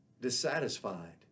dissatisfied